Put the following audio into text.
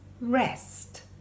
rest